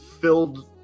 filled